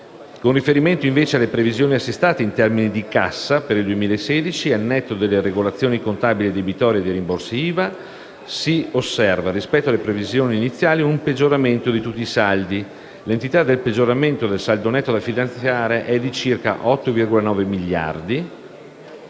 Con riferimento invece alle previsioni assestate in termini di cassa per il 2016, al netto delle regolazioni contabili e debitorie e dei rimborsi IVA, si osserva, rispetto alle previsioni iniziali, un peggioramento di tutti i saldi. L'entità del peggioramento del saldo netto da finanziare è di circa 8,9 miliardi,